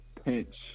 pinch